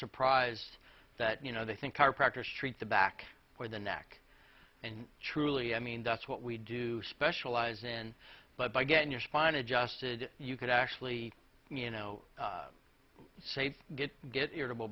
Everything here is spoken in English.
surprised that you know they think our practice treat the back or the neck and truly i mean that's what we do specialize in but by getting your spine adjusted you could actually you know say get get irritable